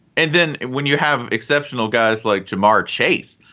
and then when you have exceptional guys like jamaa chase,